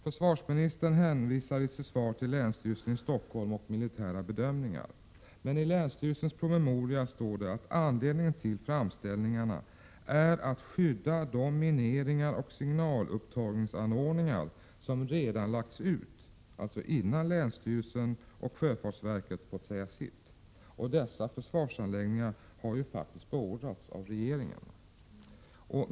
Försvarsministern hänvisar i sitt svar till länsstyrelsen i Stockholm och militära bedömningar. Men i länsstyrelsens promemoria står det att anledningen till framställningarna är att man vill skydda de mineringar och signalupptagningsanordningar som redan har lagts ut, dvs. innan länsstyrelsen och sjöfartsverket har fått säga sitt. Och dessa försvarsanläggningar har faktiskt beordrats av regeringen.